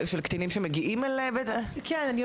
של קטינים שמגיעים אל בית הכלא?